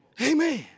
Amen